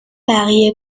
بقیه